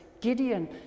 Gideon